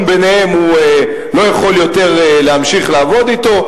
ביניהם הוא לא יכול יותר להמשיך לעבוד אתו.